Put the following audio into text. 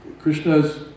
Krishna's